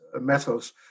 metals